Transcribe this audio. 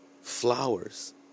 flowers